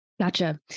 Gotcha